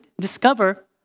discover